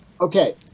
Okay